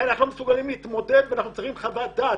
שאינם מסוגלים להתמודד כי הם צריכים חוות דעת.